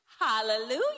Hallelujah